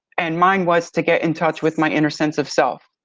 and mine was to get in touch with my inner sense of self,